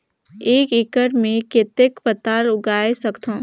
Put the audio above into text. एक एकड़ मे कतेक पताल उगाय सकथव?